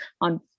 on